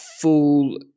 full